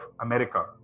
America